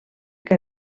que